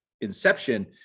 Inception